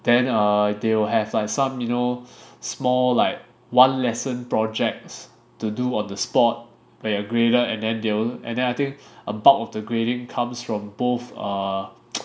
then err they will have like some you know small like one lesson projects to do on the spot where you're graded and then they will and then I think bulk of the grading comes from both err